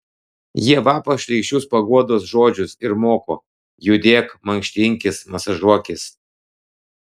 jie vapa šleikščius paguodos žodžius ir moko judėk mankštinkis masažuokis